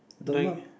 the mom